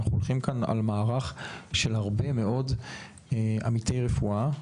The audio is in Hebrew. אנחנו הולכים כאן על מערך של הרבה מאוד עמיתי רפואה.